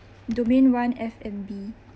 domain one F&B